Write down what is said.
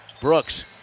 Brooks